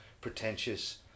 pretentious